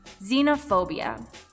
xenophobia